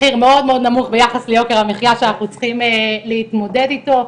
מחיר מאוד מאוד נמוך ביחס ליוקר המחיה שאנחנו צריכים להתמודד איתו.